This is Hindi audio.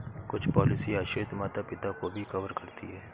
कुछ पॉलिसी आश्रित माता पिता को भी कवर करती है